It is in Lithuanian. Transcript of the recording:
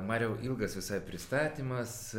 mariau ilgas visai pristatymas